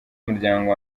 umuryango